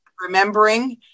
remembering